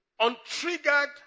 untriggered